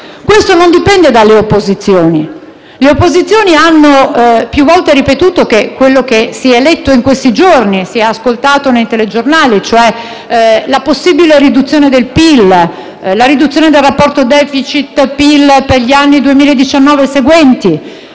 questo non dipende dalle opposizioni. Le opposizioni hanno più volte ripetuto che quello che si è letto in questi giorni e che si è ascoltato nei telegiornali, cioè la possibile riduzione del PIL, la riduzione del rapporto *deficit*-PIL per gli anni 2019 e seguenti